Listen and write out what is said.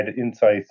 insights